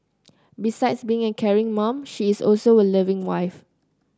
besides being a caring mom she is also a loving wife